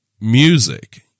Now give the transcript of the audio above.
music